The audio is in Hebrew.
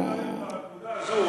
אני רוצה לומר בנקודה הזו,